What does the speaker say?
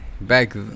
back